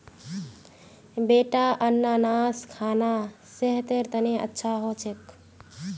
बेटा अनन्नास खाना सेहतेर तने अच्छा हो छेक